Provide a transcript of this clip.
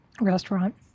Restaurant